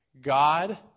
God